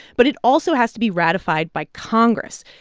but it also has to be ratified by congress.